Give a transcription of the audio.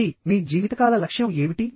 మరి మీ జీవితకాల లక్ష్యం ఏమిటి